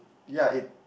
ya it